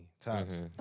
times